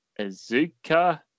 Azuka